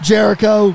Jericho